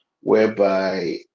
whereby